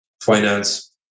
finance